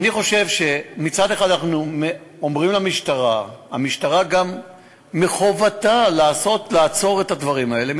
מצד אחד אנחנו אומרים למשטרה שמחובתה לעצור את הדברים האלה,